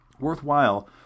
Worthwhile